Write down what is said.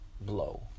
blow